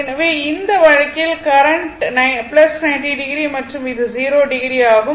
எனவே இந்த வழக்கில் கரண்ட் 90o மற்றும் இது 0 o ஆகும்